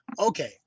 Okay